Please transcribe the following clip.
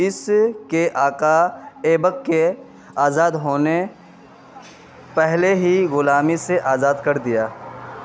اس کے آقا ایبک کے آزاد ہونے پہلے ہی غلامی سے آزاد کر دیا